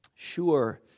Sure